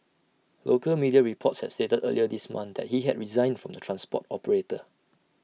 local media reports had stated earlier this month that he had resigned from the transport operator